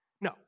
No